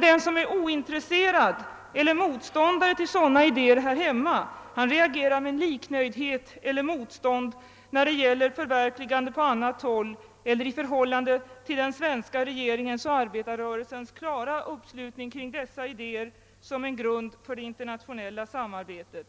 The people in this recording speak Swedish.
Den som är ointresserad av eller motståndare till sådana idéer här hemma reagerar med liknöjdhet eller motstånd när det gäller deras förverkligande på annat håll eller i förhållande till den svenska regeringens och arbetarrörelsens klara uppslutning kring dessa idéer som en grund för det internationella samarbetet.